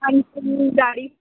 आणि गाडी